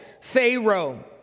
Pharaoh